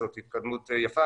זאת התקדמות יפה,